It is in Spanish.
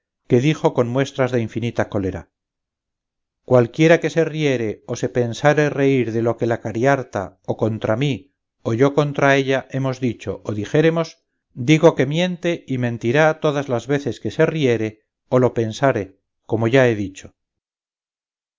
que dijo con muestras de infinita cólera cualquiera que se riere o se pensare reír de lo que la cariharta o contra mí o yo contra ella hemos dicho o dijéremos digo que miente y mentirá todas las veces que se riere o lo pensare como ya he dicho